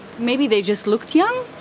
maybe they just looked young?